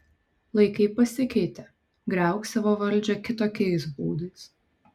laikai pasikeitė griauk savo valdžią kitokiais būdais